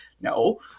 No